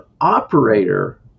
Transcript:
operator